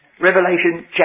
Revelation